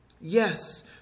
Yes